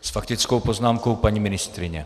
S faktickou poznámkou paní ministryně.